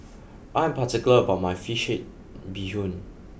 I am particular about my Fish Head Bee Hoon